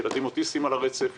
ילדים על הרצף האוטיסטי,